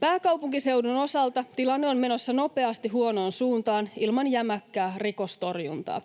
Pääkaupunkiseudun osalta tilanne on menossa nopeasti huonoon suuntaan ilman jämäkkää rikostorjuntaa.